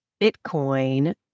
bitcoin